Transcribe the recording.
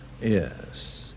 Yes